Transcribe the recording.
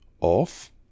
off